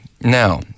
Now